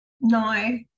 No